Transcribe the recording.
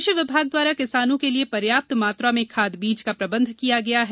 कृषि विभाग द्वारा किसानों के लिये पर्याप्त मात्रा में खाद बीज का प्रबंध किया गया है